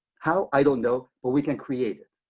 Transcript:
how, i don't know. but we can create it.